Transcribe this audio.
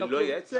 שאני לא אייעץ להם?